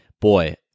boy